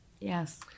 Yes